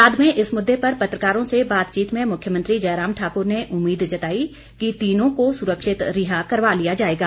बाद में इस मुद्दे पर पत्रकारों से बातचीत में मुख्यमंत्री जयराम ठाकुर ने उम्मीद जताई कि तीनों को सुरक्षित रिहा करवा लिया जाएगा